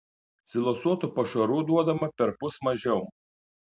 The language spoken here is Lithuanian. silosuotų pašarų duodama perpus mažiau